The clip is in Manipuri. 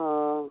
ꯑꯥ